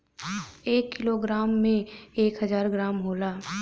एक kilogram में एक हजार ग्राम होला